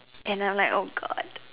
and I'm like !oh-God!